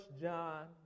John